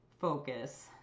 focus